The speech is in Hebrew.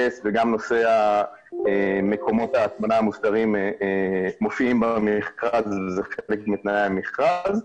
וגם נושא מקומות ההטמנה המוסדרים מופיעים במכרז וזה חלק מתנאי המכרז.